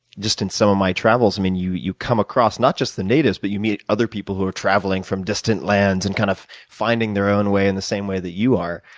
just in some of my travels, you you come across not just the natives but you meet other people who are traveling from distant lands and kind of finding their own way in the same way that you are.